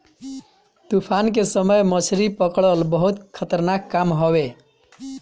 तूफान के समय मछरी पकड़ल बहुते खतरनाक काम हवे